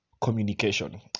communication